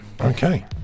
Okay